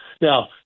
Now